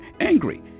angry